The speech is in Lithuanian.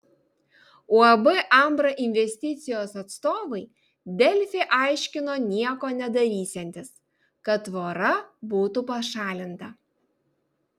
uab ambra investicijos atstovai delfi aiškino nieko nedarysiantys kad tvora būtų pašalinta